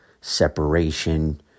separation